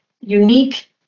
unique